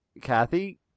Kathy